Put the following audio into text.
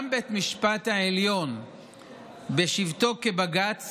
גם בית המשפט העליון בשבתו כבג"ץ